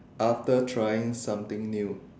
after trying something new